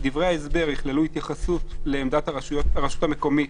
"לאחר שעמדת הרשויות המקומיות,